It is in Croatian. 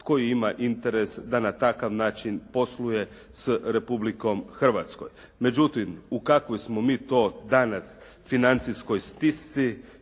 tko ima interes da na takav način posluje s Republikom Hrvatskom. Međutim u kakvoj smo mi to danas financijskoj stisci